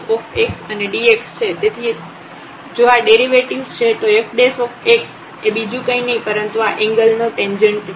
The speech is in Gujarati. તેથી જો આ ડેરિવેટિવ્ઝ છે તો f એ બીજું કંઈ નહીં પરંતુ આ એન્ગલનો ટેંજેન્ટ છે